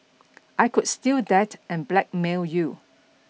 I could steal that and blackmail you